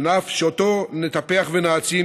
ענף שאותו נטפח ונעצים,